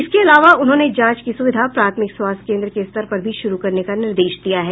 इसके अलावा उन्होंने जांच की सुविधा प्राथमिक स्वास्थ्य केन्द्र के स्तर पर भी शुरू करने का निर्देश दिया है